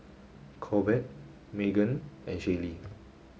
Corbett Meaghan and Shaylee